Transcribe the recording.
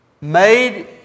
made